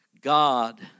God